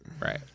Right